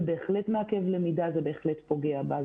זה בהחלט מעכב למידה, זה בהחלט פוגע בה.